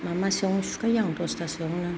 माबा सोयावनो सुखायो आङो दसथा सोआवनो